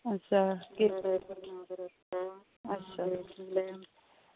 अच्छा अच्छा